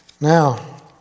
Now